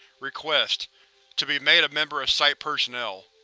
request to be made a member of site personnel.